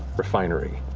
refinery.